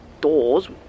doors